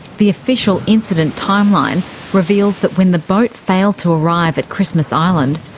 the official incident timeline reveals that when the boat failed to arrive at christmas island,